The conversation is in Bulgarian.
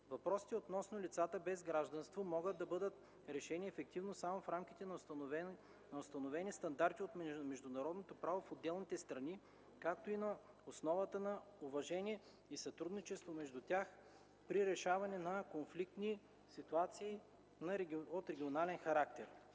Въпросите относно лицата без гражданство (апатридите) могат да бъдат решени ефективно само в рамките на установени стандарти от международното право в отделните страни, както и на основата на уважение и сътрудничество между тях при решаването на конфликтни ситуации от регионален характер.